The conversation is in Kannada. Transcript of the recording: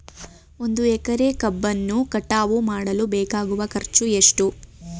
ಒಂದು ಎಕರೆ ಕಬ್ಬನ್ನು ಕಟಾವು ಮಾಡಲು ಬೇಕಾಗುವ ಖರ್ಚು ಎಷ್ಟು?